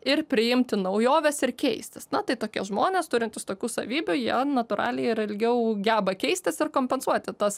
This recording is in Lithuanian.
ir priimti naujoves ir keistis na tai tokie žmonės turintys tokių savybių jie natūraliai ir ilgiau geba keistis ir kompensuoti tas